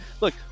look